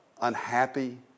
unhappy